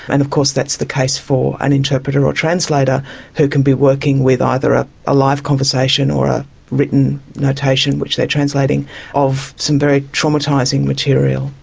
and of course that's the case for an interpreter or translator who can be working with either ah a live conversation or a written notation which they are translating of some very traumatising material.